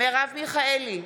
מרב מיכאלי,